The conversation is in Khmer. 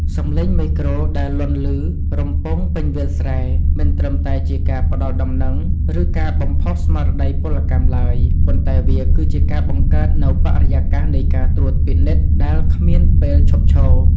សម្លេងមេក្រូដែលលាន់ឮរំពងពេញវាលស្រែ មិនត្រឹមតែជាការផ្ដល់ដំណឹង ឬការបំផុសស្មារតីពលកម្មឡើយ ប៉ុន្តែវាគឺជាការបង្កើតនូវបរិយាកាសនៃការត្រួតពិនិត្យដែលគ្មានពេលឈប់ឈរ។